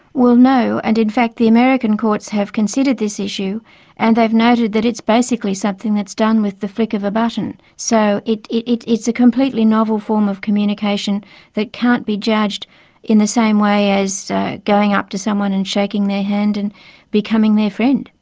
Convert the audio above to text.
well, no, and in fact the american courts have considered this issue and they've noted that it's basically something that's done with the flick of a button. so it's it's a completely novel form of communication that can't be judged in the same way as going up to someone and shaking their hand and becoming their friend.